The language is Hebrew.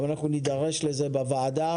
אנחנו נדרש למבנים המסוכנים בוועדה.